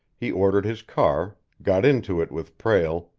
he ordered his car, got into it with prale,